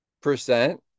percent